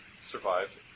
survived